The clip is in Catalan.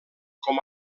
com